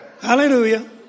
Hallelujah